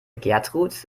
gertrud